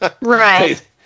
Right